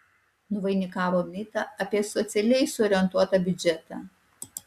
nuvainikavo mitą apie socialiai suorientuotą biudžetą